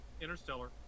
interstellar